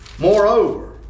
Moreover